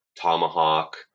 tomahawk